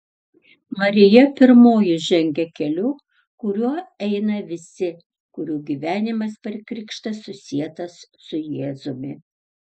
marija pirmoji žengia keliu kuriuo eina visi kurių gyvenimas per krikštą susietas su jėzumi